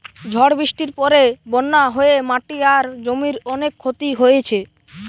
ঝড় বৃষ্টির পরে বন্যা হয়ে মাটি আর জমির অনেক ক্ষতি হইছে